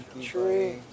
tree